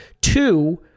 Two